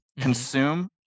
Consume